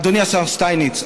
אדוני השר שטייניץ,